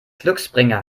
glücksbringer